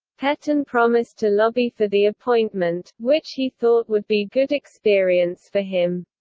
petain promised to lobby for the appointment, which he thought would be good experience for him.